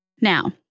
Now